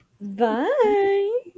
Bye